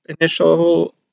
initial